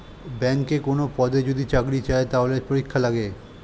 ব্যাংকে কোনো পদে যদি চাকরি চায়, তাহলে পরীক্ষা লাগে